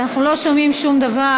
אנחנו לא שומעים שום דבר.